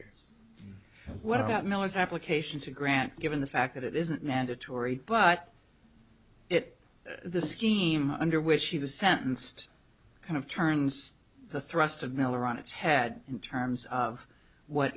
case what about miller's application to grant given the fact that it isn't mandatory but it the scheme under which he was sentenced kind of turns the thrust of miller on its head in terms of what